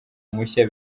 mushya